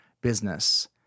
business